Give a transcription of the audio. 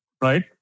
right